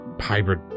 hybrid